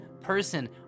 person